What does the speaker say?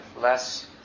less